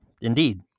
Indeed